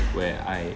where I